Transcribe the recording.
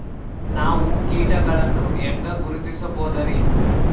ನಾವು ಕೀಟಗಳನ್ನು ಹೆಂಗ ಗುರುತಿಸಬೋದರಿ?